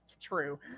true